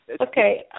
Okay